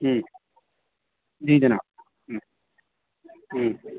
ہوں جی جناب ہوں ہوں